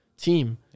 team